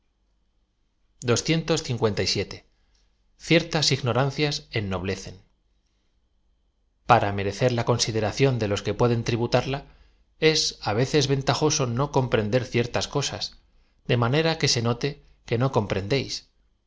ciertas ignorancias ennoblecen p a ra merecer la consideración de los que pueden tributarla es á veces ventajoso no comprender cier tas cosas de manera que se note que no comprendéis